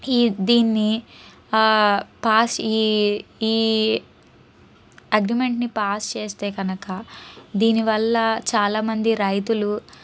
ఈ దీన్నీ పాస్ ఈ ఈ అగ్రిమెంట్ని పాస్ చేస్తే కనక దీనివల్ల చాలామంది రైతులు